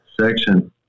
section